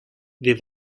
wir